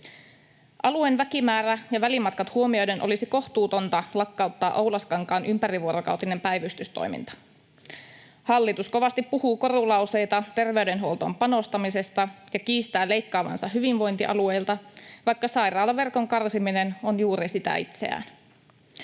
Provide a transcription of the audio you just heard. Alueen väkimäärä ja välimatkat huomioiden olisi kohtuutonta lakkauttaa Oulaskankaan ympärivuorokautinen päivystystoiminta. Hallitus kovasti puhuu korulauseita terveydenhuoltoon panostamisesta ja kiistää leikkaavansa hyvinvointialueilta, vaikka sairaalaverkon karsiminen on juuri sitä itseään.